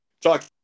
Talk